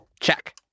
Check